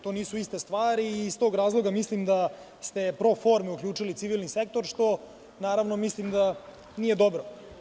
To nisu iste stvari i iz tog razloga mislim da ste pro forme uključili civilni sektor, što mislim da nije dobro.